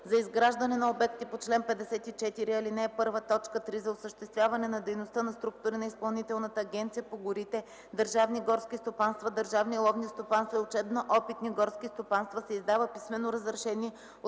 За изграждане на обекти по чл. 54, ал. 1, т. 3 за осъществяване на дейността на структури на Изпълнителната агенция по горите, държавни горски стопанства, държавни ловни стопанства и учебно-опитни горски стопанства, се издава писмено разрешение